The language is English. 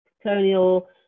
colonial